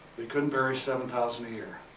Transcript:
they couldn't bury seven thousand a year.